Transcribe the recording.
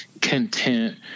content